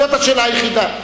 זאת השאלה היחידה.